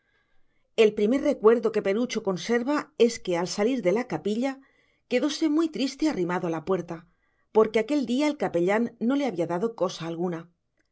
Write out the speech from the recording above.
el primer recuerdo que perucho conserva es que al salir de la capilla quedóse muy triste arrimado a la puerta porque aquel día el capellán no le había dado cosa alguna